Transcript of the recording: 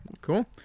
cool